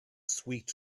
sweet